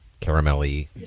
caramelly